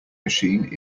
machine